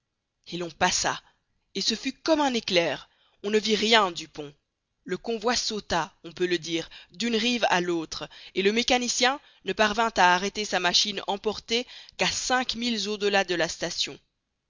et l'on passa et ce fut comme un éclair on ne vit rien du pont le convoi sauta on peut le dire d'une rive à l'autre et le mécanicien ne parvint à arrêter sa machine emportée qu'à cinq milles au-delà de la station